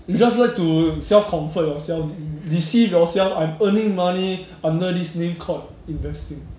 you just like to self comfort yourself and deceive yourself I'm earning money under this name called investing